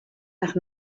nach